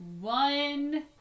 one